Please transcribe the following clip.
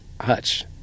Hutch